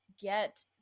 get